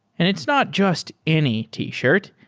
and it's not just any t-shirt.